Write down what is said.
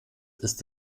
ist